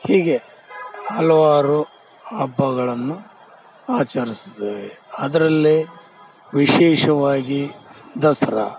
ಹೀಗೆ ಹಲವಾರು ಹಬ್ಬಗಳನ್ನು ಆಚರ್ಸ್ತೇವೆ ಅದರಲ್ಲಿ ವಿಶೇಷವಾಗಿ ದಸರಾ